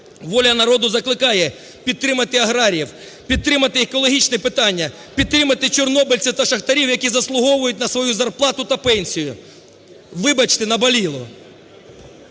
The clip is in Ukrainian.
"Воля народу" закликає підтримати аграріїв, підтримати екологічне питання, підтримати чорнобильців та шахтарів, які заслуговують на свою зарплату та пенсію. Вибачте – наболіло!